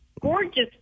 gorgeous